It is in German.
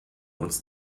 uns